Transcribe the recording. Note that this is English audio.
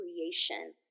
creation